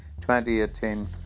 2018